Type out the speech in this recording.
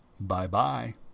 Bye-bye